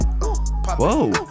Whoa